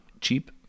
cheap